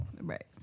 Right